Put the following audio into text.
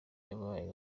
yabaye